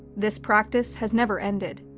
this practice has never ended,